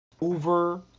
over